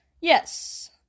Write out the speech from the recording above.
Yes